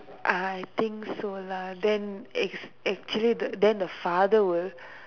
I think so lah then act actually the then the father will